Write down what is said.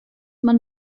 man